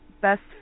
best